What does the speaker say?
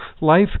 Life